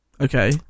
okay